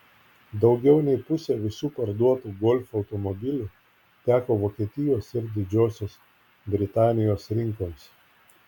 daugiau nei pusė visų parduotų golf automobilių teko vokietijos ir didžiosios britanijos rinkoms